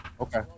okay